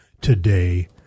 today